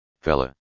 fella